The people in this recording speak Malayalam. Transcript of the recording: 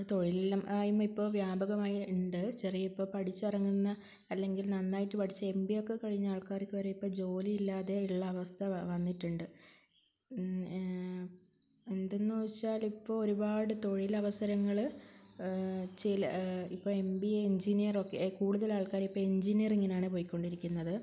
തൊഴിലില്ലായ്മ ഇപ്പോള് വ്യാപകമായുണ്ട് ചെറിയ ഇപ്പോള് പഠിച്ചിറങ്ങുന്ന അല്ലെങ്കിൽ നന്നായിട്ട് പഠിച്ച് എം ബി എ ഒക്കെ കഴിഞ്ഞ ആൾക്കാർക്ക് വരെ ഇപ്പോള് ജോലിയില്ലാതെയുള്ള അവസ്ഥ വന്നിട്ടിണ്ട് എന്തെന്ന് ചോദിച്ചാല് ഇപ്പോള് ഒരുപാട് തൊഴിലവസരങ്ങള് ഇപ്പോള് എം ബി എ എൻജിനീയറിങ് ഒക്കെ കൂടുതല് ആൾക്കാരിപ്പം എൻജിനീയറിങ്ങിനാണ് പോയ്ക്കൊണ്ടിരിക്കുന്നത്